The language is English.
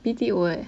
B_T_O eh